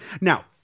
Now